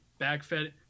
backfed